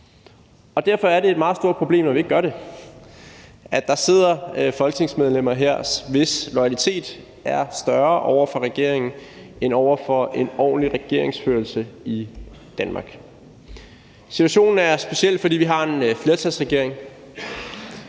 Derfor er det et meget stort problem, at vi ikke gør det, og at der sidder folketingsmedlemmer her, hvis loyalitet over for regeringen er større end over for en ordentlig regeringsførelse i Danmark. Situationen er speciel, fordi vi har en flertalsregering,